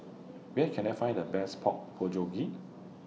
Where Can I Find The Best Pork Bulgogi